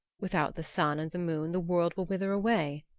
without the sun and the moon the world will wither away.